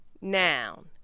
Noun